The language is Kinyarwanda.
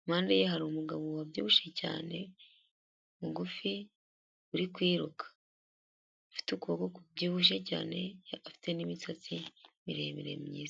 Impande ye hari umugabo wabyibushye cyane mugufi uri kwiruka. Afite ukuboko kubyibushye cyane afite n'imisatsi miremire myiza.